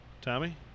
Tommy